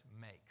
makes